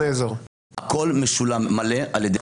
הכול משולם מלא על ידי המשרד,